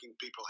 people